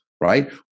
right